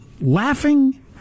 laughing